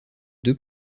deux